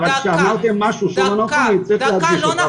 שאמרתם משהו שלא נכון אני רוצה להדגיש אותו,